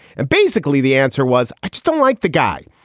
and basically the answer was i just don't like the guy.